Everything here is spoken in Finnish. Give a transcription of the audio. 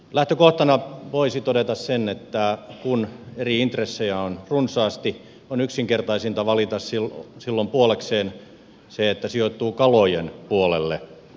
lähtökohtana voisi todeta sen että kun eri intressejä on runsaasti silloin on yksinkertaisinta valita puolekseen se että sijoittuu kalojen puolelle